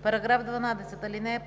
става § 12: „§